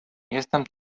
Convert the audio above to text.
jestem